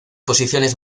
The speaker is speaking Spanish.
posiciones